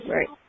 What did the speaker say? Right